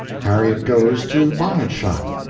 harriet goes to bonnet-shop.